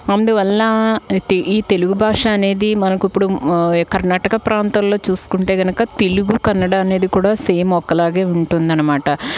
అందువల్ల టి ఈ తెలుగు భాష అనేది మనకిప్పుడు కర్ణాటక ప్రాంతంలో చూస్కుంటే కనుక తెలుగు కన్నడ అనేది కూడా సేమ్ ఒకలాగే ఉంటుందన్నమాట